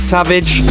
Savage